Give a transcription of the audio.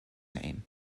name